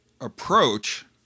approach